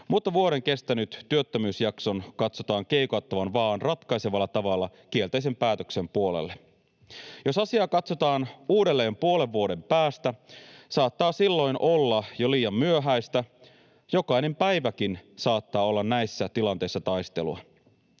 mutta vuoden kestäneen työttömyysjakson katsotaan keikauttavan vaa’an ratkaisevalla tavalla kielteisen päätöksen puolelle. Jos asiaa katsotaan uudelleen puolen vuoden päästä, saattaa silloin olla jo liian myöhäistä. Jokainen päiväkin saattaa olla näissä tilanteissa taistelua.